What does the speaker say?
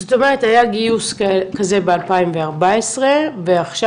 זאת אומרת היה גיוס כזה ב-2014 ועכשיו